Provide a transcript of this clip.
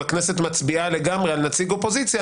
הכנסת מצביעה לגמרי על נציג אופוזיציה,